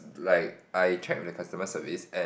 like I check with the customer service and